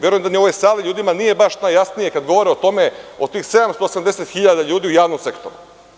Verujem da ni u ovoj sali ljudima nije baš najjasnije kada govore o tome, o tih 780.000 ljudi u javnom sektoru.